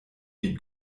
wie